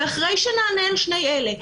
אחרי שנענה על שתי השאלות האלה,